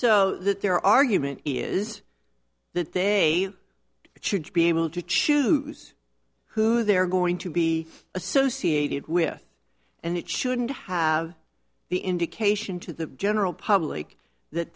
so that their argument is that they should be able to choose who they are going to be associated with and it shouldn't have the indication to the general public that